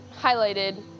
highlighted